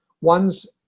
one's